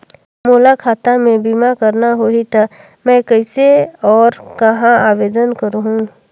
मोला खाता मे बीमा करना होहि ता मैं कइसे और कहां आवेदन करहूं?